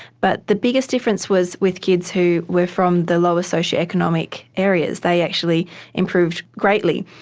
but the biggest difference was with kids who were from the lower socio-economic areas, they actually improved greatly.